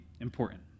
important